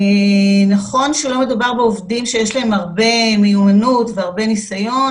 נכון שלא מדובר בעובדים שיש להם הרבה מיומנות והרבה ניסיון,